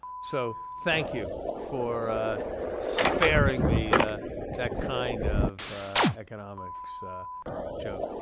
so thank you for sparing me that kind of economics joke.